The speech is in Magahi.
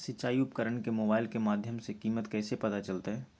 सिंचाई उपकरण के मोबाइल के माध्यम से कीमत कैसे पता चलतय?